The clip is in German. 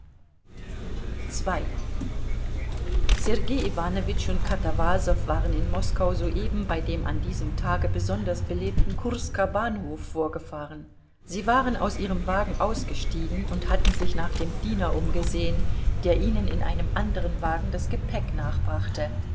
sergei iwanowitsch und katawasow waren in moskau soeben bei dem an diesem tage besonders belebten kursker bahnhof vorgefahren sie waren aus ihrem wagen ausgestiegen und hatten sich nach dem diener umgesehen der ihnen in einem anderen wagen das gepäck